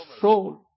soul